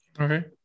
Okay